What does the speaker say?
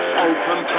Open